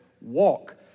Walk